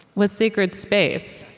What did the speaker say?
was sacred space.